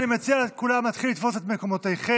אני מציע לכולם להתחיל לתפוס את מקומותיכם.